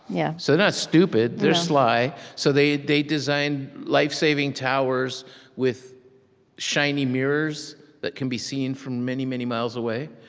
yeah so they're not stupid, they're sly. so they they designed lifesaving towers with shiny mirrors that can be seen from many, many miles away.